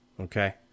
okay